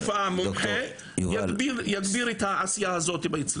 יגביר את העשייה הזאת.